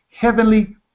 heavenly